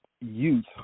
youth